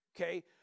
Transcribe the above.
okay